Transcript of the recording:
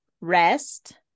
Rest